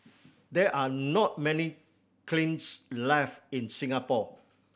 there are not many kilns left in Singapore